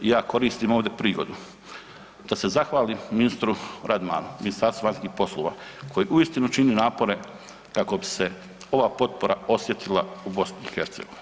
I ja koristim ovdje prigodu da se zahvalim ministru Radmanu, Ministarstvu vanjskih poslova koji uistinu čini napore kako bi se ova potpora osjetila u BiH.